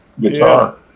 guitar